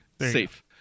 Safe